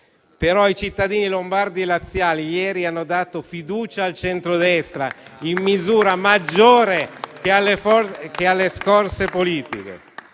I cittadini lombardi e laziali, però, ieri hanno dato fiducia al centrodestra in misura maggiore che alle scorse politiche.